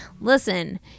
listen